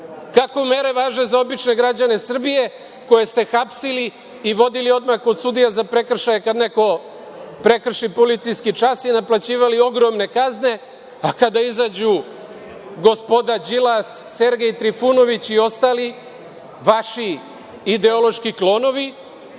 Kako mere važe za obične građane Srbije koje ste hapsili i vodili odmah kod sudije za prekršaje kad neko prekrši policijski čas i naplaćivali ogromne kazne, a kada izađu gospoda Đilas, Sergej Trifunović i ostali vaši ideološki klonovi,